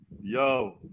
yo